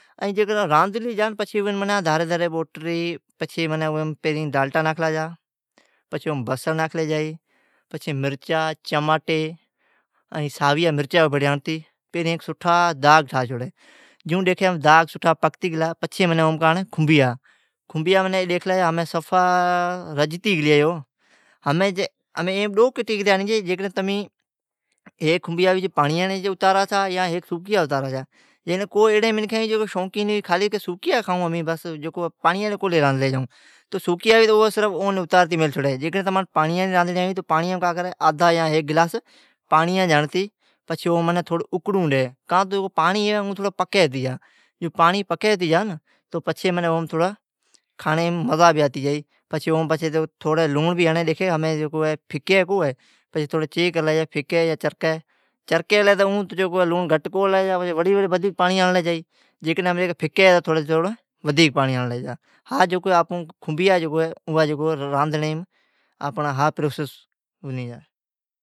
ائین جیکڈہن راندھلی جا تو اوم دھاری دھاری بوٹتی پچھی ، پیرین ڈالٹا نکھالا جا ۔ بصڑ ناکھلی جائی۔ مرچا چماٹی ائیم ساویا مرچا ھنڑتے ۔او بیڑیا ھنڑتی سٹھا داغ ٹھا چھوڑی۔ سٹھا پکتی جا پچھی اوم کا ھنڑی کنھنبیا۔ کنھنبیا ھمین ڈیکھ تو سفا رجھتی گلیا ھی۔ ھمین ایم ڈو کیٹیگیریا آنی جائی چھی۔ ھیک پانڑیاڑیا اترا چھا ڈجیا سوکیا اترا چھا ۔ کو ایڑی شوقین منکھین ھوی چھی ۔ھیک کئی امیں سوکیا کھائوں چھوں۔ پانڑیا کو راندھوں۔ پانڑیانڑیا، ھیک یا آدھا گلاس پانڑیا جا ھنڑتی، اوں اکنڑوں ڈی۔ کان تو پانڑی پکی ھتی جا۔ پچھی کھانڑیم مزا بھی آتی جائی۔ اوم تھوڑی لونڑ بھی ھنڑی تھہڑی پھکی کو پھکی یا چرکی، چرکی ھلی تو لونڑ گھٹ کونی ھئی۔ چرکی ھی تو ودھیک پانڑی ھنڑلی جائی۔ ھا جکو کنھنبیا راندھڑیم ھا پروسیش ھنی جا